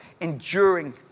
Enduring